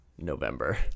November